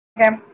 Okay